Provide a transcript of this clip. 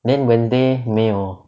then wednesday 有没有